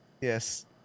Yes